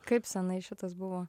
kaip senai šitas buvo